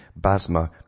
Basma